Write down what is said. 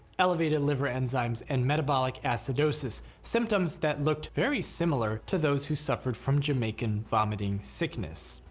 elevated liver enzymes and metabolic acidosis, symptoms that looked very similar to those who suffered from jamaican vomiting sickness.